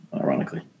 ironically